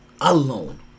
Alone